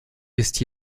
ist